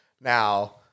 Now